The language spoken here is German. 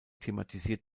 thematisiert